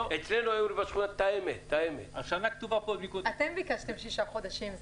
אתם ביקשתם שישה חודשים.